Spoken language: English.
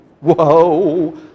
Whoa